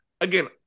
Again